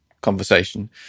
conversation